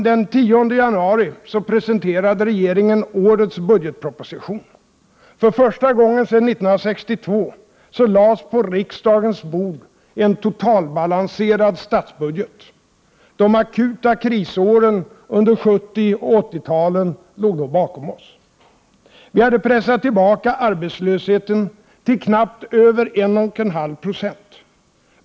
Den 10 januari presenterade regeringen årets budgetproposition. För första gången sedan 1962 lades på riksdagens bord en totalbalanserad statsbudget. De akuta krisåren under 70 och 80-talen låg då bakom oss. Vi hade pressat tillbaka arbetslösheten till något över 1,5 90.